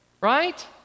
right